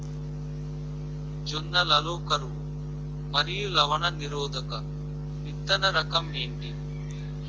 జొన్న లలో కరువు మరియు లవణ నిరోధక విత్తన రకం ఏంటి?